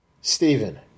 Stephen